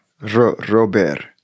Robert